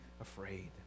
afraid